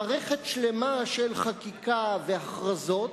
מערכת שלמה של חקיקה והכרזות,